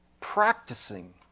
practicing